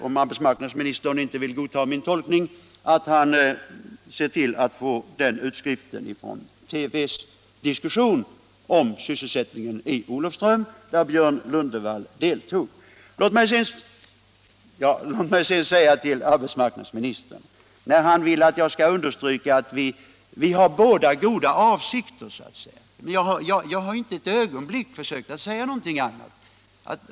Om arbetsmarknadsministern inte vill godta min tolkning, ber jag att han ser till att få utskriften från TV:s diskussion om sysselsättningen i Olofström, där Björn Lundvall deltog. Låt mig sedan säga till arbetsmarknadsministern, när han vill att jag skall understryka att vi båda har goda avsikter, att jag inte ett ögonblick försökt säga någonting annat.